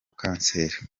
kanseri